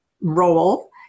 role